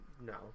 No